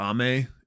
Ame